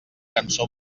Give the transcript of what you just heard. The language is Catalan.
cançó